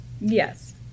Yes